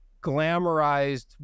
glamorized